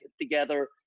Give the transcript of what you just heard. together